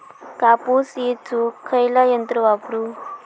कापूस येचुक खयला यंत्र वापरू?